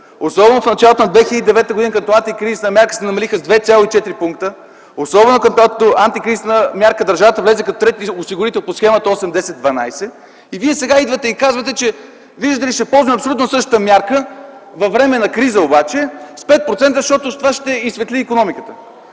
особено в началото на 2009 г., когато като антикризисна мярка се намалиха с 2,4 пункта, особено когато като антикризисна мярка държавата влезе като трети осигурител по схемата 8:10:12. И вие сега идвате и казвате, че, виждате ли, ще ползваме абсолютно същата мярка - с 5%, във време на криза обаче, защото това ще изсветли икономиката.